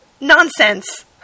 Nonsense